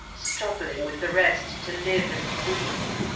struggling with the rest to live and breed.